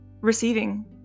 receiving